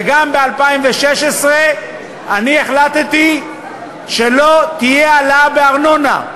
וגם ביחס ל-2016 אני החלטתי שלא תהיה העלאה בארנונה.